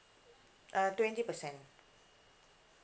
uh twenty percent